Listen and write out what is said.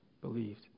believed